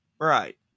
Right